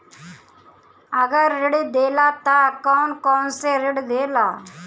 अगर ऋण देला त कौन कौन से ऋण देला?